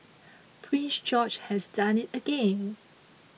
Prince George has done it again